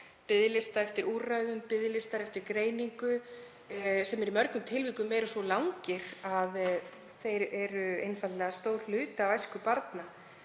biðlista eftir úrræðum eða greiningu sem eru í mörgum tilvikum svo langir að þeir eru einfaldlega stór hluti af æsku barna.